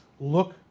look